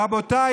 רבותיי,